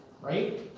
right